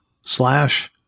slash